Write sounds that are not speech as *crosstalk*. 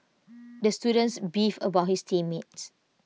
*noise* the student beefed about his team mates